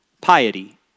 Piety